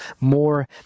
more